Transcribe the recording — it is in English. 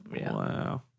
wow